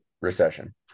recession